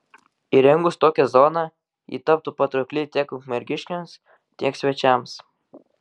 įrengus tokią zoną ji taptų patraukli tiek ukmergiškiams tiek svečiams